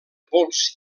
pols